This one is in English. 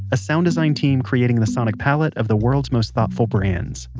a sound design team creating the sonic palette of the world's most thoughtful brands.